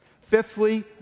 Fifthly